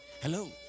hello